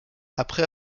après